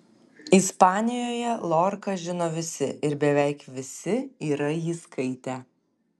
ispanijoje lorką žino visi ir beveik visi yra jį skaitę